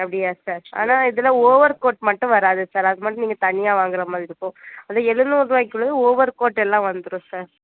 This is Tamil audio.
அப்படியா சார் ஆனால் இதில் ஓவர் கோட் மட்டும் வராது சார் அது மட்டும் நீங்கள் தனியாக வாங்குகிற மாதிரி இருக்கும் அந்த எழுநூறு ரூபாய்க்கு உள்ளது ஓவர் கோட் எல்லாம் வந்துடும் சார்